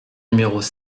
numéros